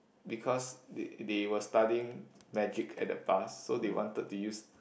because they they were studying magic at the past so they wanted to use